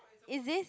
is this